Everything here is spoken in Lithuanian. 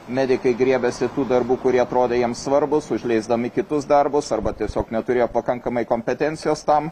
medikai griebiasi tų darbų kurie atrodė jam svarbūs užleisdami kitus darbus arba tiesiog neturėjo pakankamai kompetencijos tam